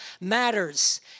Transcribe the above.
matters